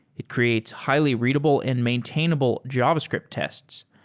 it creates highly readable and maintainable javascript tests.